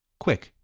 quick,